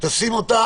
תשים אותה